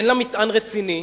אין לה מטען רציני,